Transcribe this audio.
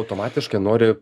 automatiškai nori